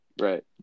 Right